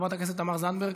חברת הכנסת תמר זנדברג,